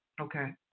Okay